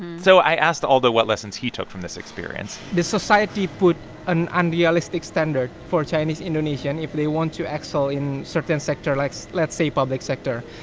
so i asked alldo what lessons he took from this experience the society put an unrealistic standard for chinese-indonesian if they want to excel in certain sector, like, let's say, public sector.